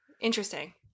Interesting